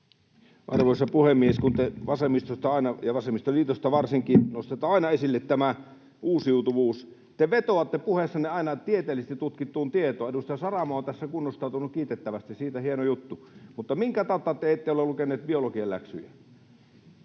Arvoisa puhemies! Kun te vasemmistosta, ja vasemmistoliitosta varsinkin, nostatte aina esille tämän uusiutuvuuden, niin te vetoatte puheessanne aina tieteellisesti tutkittuun tietoon — edustaja Saramo on tässä kunnostautunut kiitettävästi, hieno juttu — mutta minkä tautta te ette ole lukeneet biologian läksyjä?